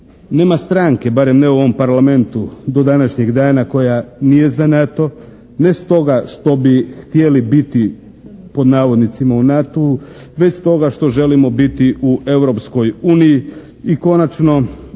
Nema stranke barem ne u ovom Parlamentu do današnjeg dana koja nije za NATO, ne stoga što bi htjeli biti pod navodnicima u NATO-u već stoga što želimo biti u Europskoj